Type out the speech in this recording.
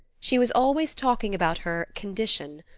she was always talking about her condition.